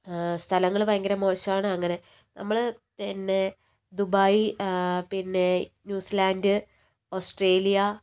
സ്ഥലങ്ങള് ഭയങ്കര മോശമാണ് അങ്ങനെ നമ്മള് പിന്നെ ദുബായി പിന്നെ ന്യൂസിലാൻഡ് ഓസ്ട്രേലിയ